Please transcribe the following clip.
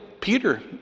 Peter